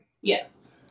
Yes